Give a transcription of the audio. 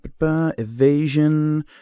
Evasion